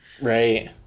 Right